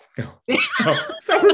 no